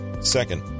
Second